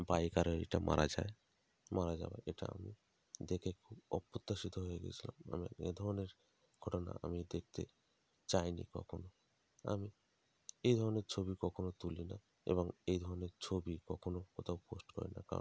bike আরোহীটা মারা যায় মারা যাওয়ায় এটা আমি দেখে খুব অপ্রত্যাশিত হয়ে গেছিলাম মানে এ ধরনের ঘটনা আমি দেখতে চাইনি কখনও আমি এই ধরনের ছবি কখনও তুলি না এবং এই ধরনের ছবি কখনও কোথাও পোস্ট করি না কারণ